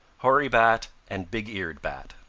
hoary bat and big-eared bat.